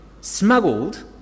smuggled